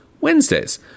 Wednesdays